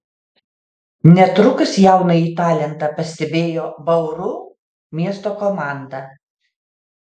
netrukus jaunąjį talentą pastebėjo bauru miesto komanda